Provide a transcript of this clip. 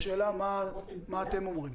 השאלה מה אתם אומרים.